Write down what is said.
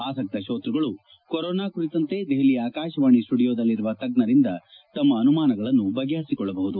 ಆಸಕ್ತ ಶೋತ್ಸಗಳು ಕೊರೊನಾ ಕುರಿತಂತೆ ದೆಹಲಿ ಆಕಾಶವಾಣಿ ಸುಡಿಯೋದಲ್ಲಿರುವ ತಜ್ಞರಿಂದ ತಮ್ಮ ಅನುಮಾನಗಳನ್ನು ಬಗೆಹರಿಸಿಕೊಳ್ಲಬಹುದು